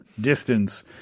distance